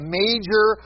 major